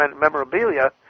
memorabilia